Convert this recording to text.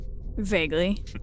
vaguely